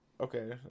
Okay